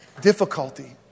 difficulty